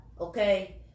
okay